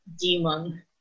demon